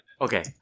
Okay